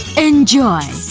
and enjoy,